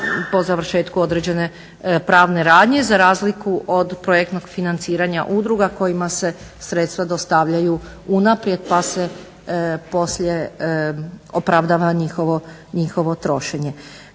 po završetku određene pravne radnje, za razliku od projektnog financiranja udruga kojima se sredstva dostavljaju unaprijed pa se poslije opravdava njihovo trošenje.